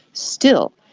still,